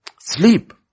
Sleep